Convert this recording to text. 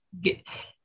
get